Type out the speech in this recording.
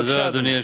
בבקשה, אדוני.